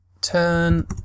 turn